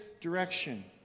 direction